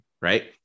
right